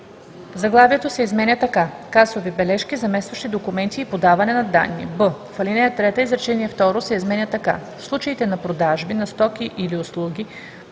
заглавието се изменя така: „Касови бележки, заместващи документи и подаване на данни“; б) в ал. 3 изречение второ се изменя така: „В случаите на продажби на стоки или услуги,